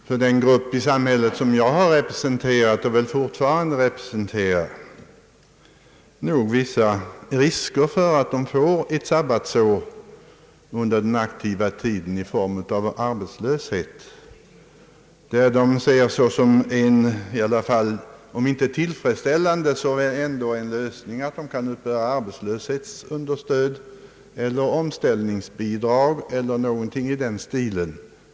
För den grupp i samhället som jag representerat och väl fortfarande representerar finns det nog vissa risker för att de får ett sabbatsår under sin aktiva tid i form av arbetslöshet, där de ser det som en om inte tillfredsställande så dock lösning att de kan uppbära arbetslöshetsunderstöd eller omställningsbidrag eller något i den stilen.